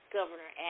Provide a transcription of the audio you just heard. Governor